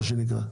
מה שנקרא.